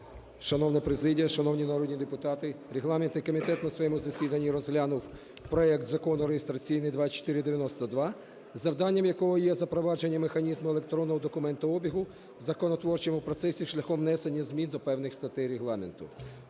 Шановна президія, шановні народні депутати, регламентний комітет на своєму засіданні розглянув проект Закону реєстраційний 2492, завданням якого є запровадження механізму електронного документообігу в законотворчому процесі шляхом внесення змін до певних статей Регламенту.